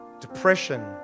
depression